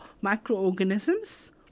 microorganisms